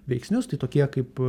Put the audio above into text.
veiksnius tai tokie kaip